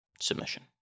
submission